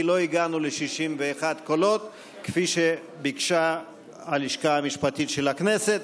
כי לא הגענו ל-61 קולות כפי שביקשה הלשכה המשפטית של הכנסת.